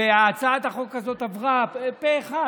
הצעת החוק הזאת עברה פה אחד,